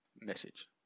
message